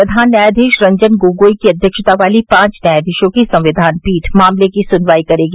प्रधान न्यायाधीश रंजन गोगोई की अध्यक्षता वाली पांच न्यायाधीशों की संविधान पीठ मामले की सुनवाई करेगी